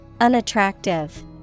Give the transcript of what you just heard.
Unattractive